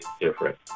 different